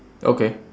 okay